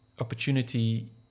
opportunity